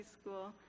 school